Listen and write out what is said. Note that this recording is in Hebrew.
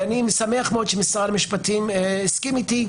ואני שמח מאוד שמשרד המשפטים הסכים איתי,